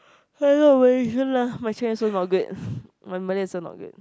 I not Malaysian lah my Chinese also not good my Malay also not good